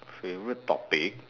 favourite topic